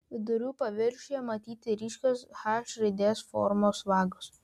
vidurių paviršiuje matyti ryškios h raidės formos vagos